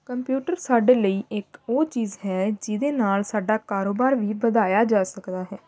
computer ਸਾਡੇ ਲਈ ਇੱਕ ਉਹ ਚੀਜ਼ ਹੈ ਜਿਹਦੇ ਨਾਲ ਸਾਡਾ ਕਾਰੋਬਾਰ ਵੀ ਵਧਾਇਆ ਜਾ ਸਕਦਾ ਹੈ